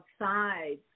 outside